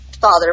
father